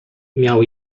miał